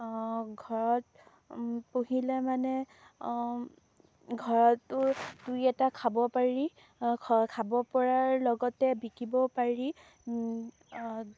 ঘৰত পুহিলে মানে ঘৰতো দুই এটা খাব পাৰি খাব পৰাৰ লগতে বিকিবও পাৰি